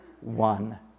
one